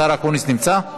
השר אקוניס נמצא?